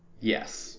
Yes